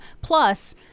Plus